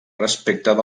respecte